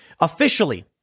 Officially